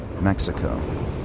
Mexico